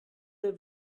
der